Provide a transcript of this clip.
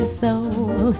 soul